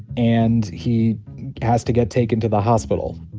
and he has to get taken to the hospital.